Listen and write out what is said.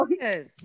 Yes